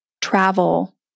travel